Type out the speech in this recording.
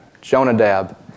Jonadab